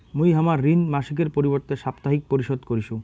মুই হামার ঋণ মাসিকের পরিবর্তে সাপ্তাহিক পরিশোধ করিসু